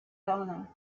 honor